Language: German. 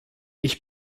ich